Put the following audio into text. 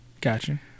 gotcha